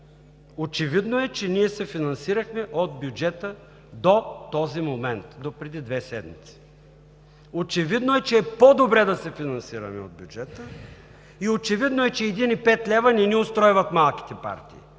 Очевидно е, че ние се финансирахме от бюджета до този момент, допреди две седмици. Очевидно е, че е по-добре да се финансираме от бюджета и очевидно е, че един и пет лева малките партии